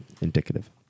indicative